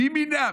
מי מינה?